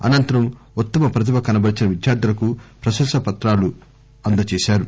అనంతరం ఉత్తమ ప్రతిభ కనబరిచిన విద్యార్ధులకు ప్రశంసా పత్రాలు అందజేశారు